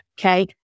okay